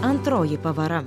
antroji pavara